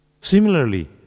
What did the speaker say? Similarly